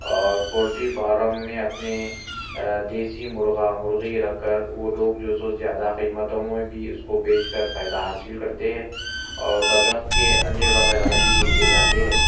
اور poultry farm میں اپنے دیسی مرغا مرغی رکھ کر وہ لوگ جو سو زیادہ قیمتوں میں بھی اس کو بیچ کر فائدہ حاصل کر تے ہیں اور بطخ کے انڈے وغیرہ بھی بیچے جاتے ہیں